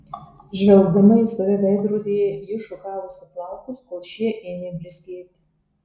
žvelgdama į save veidrodyje ji šukavosi plaukus kol šie ėmė blizgėti